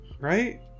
right